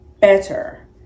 better